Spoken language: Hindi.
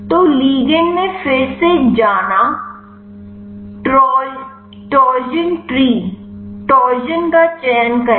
तो लिगंड में फिर से जाना टॉर्जियन ट्री टॉर्जियन का चयन करें